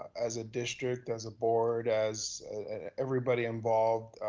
as a district, as a board, as everybody involved,